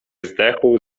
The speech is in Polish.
zdechł